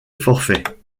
forfait